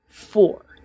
four